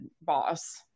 boss